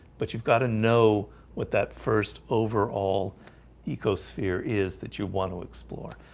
but you've got to know what that first overall eco sphere is that you want to explore?